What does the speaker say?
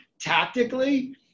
tactically